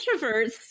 introverts